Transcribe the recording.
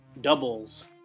doubles